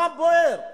מה בוער?